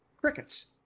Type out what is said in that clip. crickets